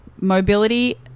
Mobility